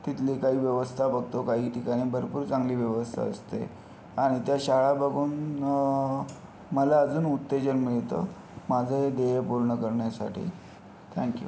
तिथली काही व्यवस्था बघतो काही ठिकाणी भरपूर चांगली व्यवस्था असते आणि त्या शाळा बघून मला अजून उत्तेजन मिळतं माझं ध्येय पूर्ण करण्यासाठी थँक यू